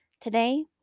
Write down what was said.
Today